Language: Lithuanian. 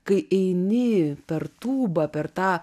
kai eini per tūbą per tą